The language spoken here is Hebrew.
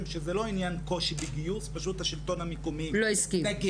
וזה לא עניין של קושי בגיוס השלטון המקומי התנגד.